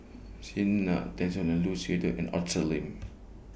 Zena Tessensohn Lu Suitin and Arthur Lim